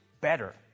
better